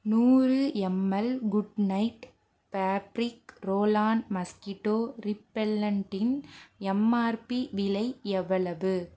நூறு ML Good Knight fabric roll on mosquito ரிப்பெல்லண்ட்டின் MRP விலை எவ்வளவு